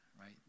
right